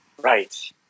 Right